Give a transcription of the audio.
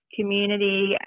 community